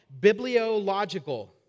bibliological